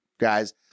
guys